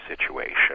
situation